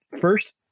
first